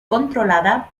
controlada